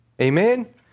Amen